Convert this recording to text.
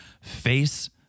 face